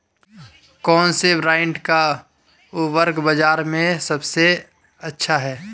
कौनसे ब्रांड का उर्वरक बाज़ार में सबसे अच्छा हैं?